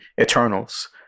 Eternals